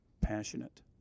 passionate